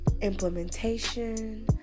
implementation